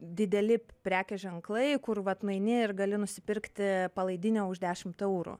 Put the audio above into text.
dideli prekės ženklai kur vat nueini ir gali nusipirkti palaidinę už dešimt eurų